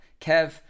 kev